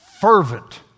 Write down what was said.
fervent